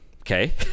Okay